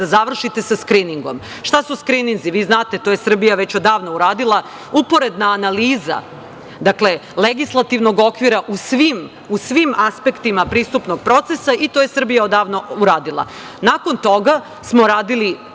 kada završite sa skriningom. Šta su skrininzi? Vi znate, to je Srbija već odavno uradila, uporedna analiza. Dakle, legislativnog okvira u svim, u svim aspektima pristupnog procesa, i to je Srbija odavno uradila. Nakon toga smo radili